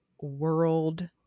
world